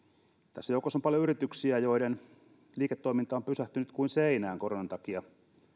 tässä joukossa on paljon yrityksiä joiden liiketoiminta on pysähtynyt kuin seinään koronan takia